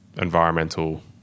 environmental